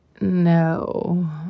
no